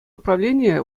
управленийӗ